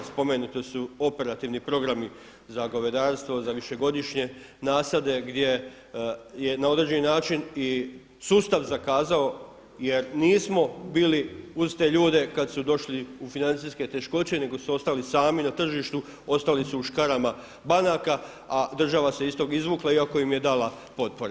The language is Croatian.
Spomenuti su operativni programi za govedarstvo, za višegodišnje nasade gdje je na određeni način i sustav zakazao jer nismo bili uz te ljude kada su došli u financijske teškoće nego su ostali sami na tržištu, ostali su u škarama banaka, a država se iz tog izvukla iako im je dala potpore.